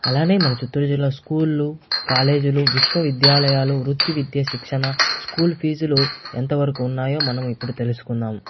అలానే మన చిత్తూరు జిల్లా స్కూళ్ళు కాలేజీలు విశ్వ విద్యాలయాలు వృత్తి విద్య శిక్షణ స్కూల్ ఫీజులు ఎంత వరకు ఉన్నాయో మనం ఇప్పుడు తెలుసుకుందాం